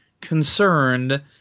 concerned